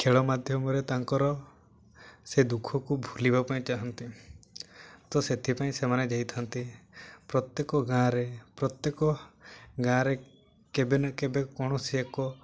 ଖେଳ ମାଧ୍ୟମରେ ତାଙ୍କର ସେ ଦୁଃଖକୁ ଭୁଲିବା ପାଇଁ ଚାହାନ୍ତି ତ ସେଥିପାଇଁ ସେମାନେ ଯାଇଥାନ୍ତି ପ୍ରତ୍ୟେକ ଗାଁରେ ପ୍ରତ୍ୟେକ ଗାଁରେ କେବେ ନା କେବେ କୌଣସି ଏକ